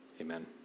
Amen